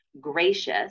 gracious